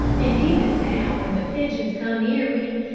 and even now when the pigeons come near me,